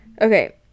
Okay